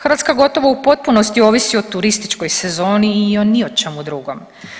Hrvatska gotovo u potpunosti ovisi o turističkoj sezoni i o ni o čemu drugom.